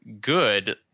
good